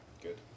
Good